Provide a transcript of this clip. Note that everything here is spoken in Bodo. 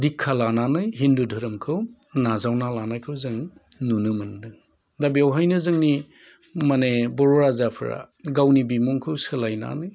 दिक्षा लानानै हिन्दु धोरोमखौ नाजावना लानायखौ जों नुनो मोन्दों दा बेवहायनो जोंनि माने बर' राजाफोरा गावनि बिमुंखो सोलायनानै